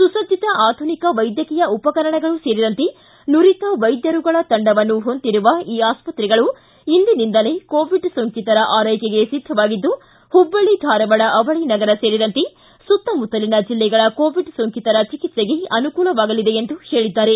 ಸುಸಜ್ಜಿತ ಆಧುನಿಕ ವೈದ್ಯಕೀಯ ಉಪಕರಣಗಳೂ ಸೇರಿದಂತೆ ನುರಿತ ವೈದ್ಯರುಗಳ ತಂಡವನ್ನು ಹೊಂದಿರುವ ಈ ಆಸ್ತ್ರೆಗಳು ಇಂದಿನಿಂದಲೇ ಕೋವಿಡ್ ಸೋಂಕಿತರ ಆರೈಕೆಗೆ ಸಿದ್ಧವಾಗಿದ್ದು ಹುಬ್ಬಳ್ಳಿ ಧಾರವಾಡ ಅವಳಿ ನಗರವೂ ಸೇರಿದಂತೆ ಸುತ್ತ ಮುತ್ತಲಿನ ಜಿಲ್ಲೆಗಳ ಕೋವಿಡ್ ಸೋಂಕಿತರ ಚಿಕಿತ್ಸೆಗೆ ಅನುಕೂಲವಾಗಲಿದೆ ಎಂದು ಹೇಳಿದ್ದಾರೆ